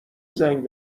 زنگ